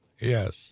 Yes